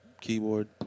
Keyboard